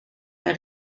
bij